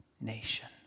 nation